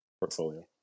portfolio